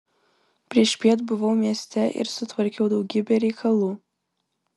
priešpiet buvau mieste ir sutvarkiau daugybę reikalų